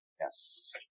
Yes